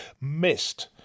missed